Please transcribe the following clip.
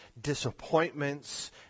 disappointments